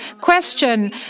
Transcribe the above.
question